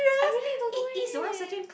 I really don't know eh